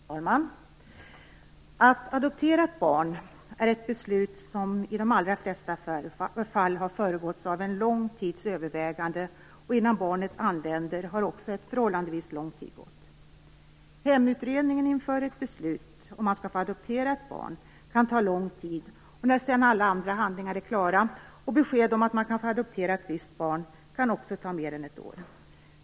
Fru talman! Att adoptera ett barn är ett beslut som i de allra flesta fall har föregåtts av en lång tids överväganden, och innan barnet anländer har också en förhållandevis lång tid passerat. Hemutredningen inför beslut om att få adoptera ett barn kan ta lång tid. När sedan alla andra handlingar är klara kan besked om att få adoptera ett visst barn också ta mer än ett år.